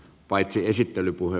no niin kiitoksia